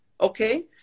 Okay